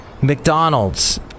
McDonald's